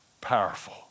powerful